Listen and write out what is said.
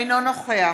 אינו נוכח